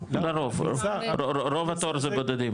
לרוב, רוב התור זה בודדים.